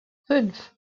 fünf